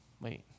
wait